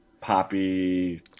poppy